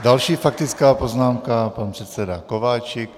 Další faktická poznámka, pan předseda Kováčik.